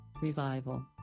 revival